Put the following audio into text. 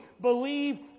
believe